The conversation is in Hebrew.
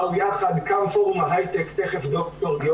בטווח הבינוני לשלוש שנים הקרובות אנחנו מדברים על 1,500 נשים,